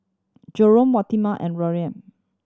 Jerome Waneta and Maryam